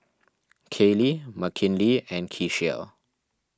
Kaylie Mckinley and Keshia